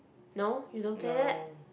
no you don't play that